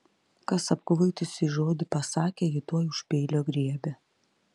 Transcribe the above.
kas apkvaitusiai žodį pasakė ji tuoj už peilio griebia